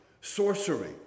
sorcery